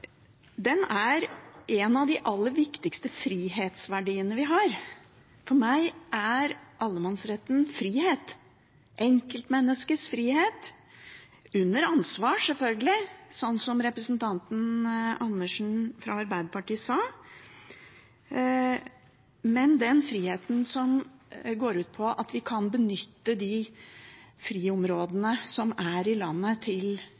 For meg er allemannsretten frihet, enkeltmenneskets frihet – under ansvar, selvfølgelig, som representanten Andersen fra Arbeiderpartiet sa. Det er den friheten som går ut på at vi kan benytte de friområdene som er i landet, til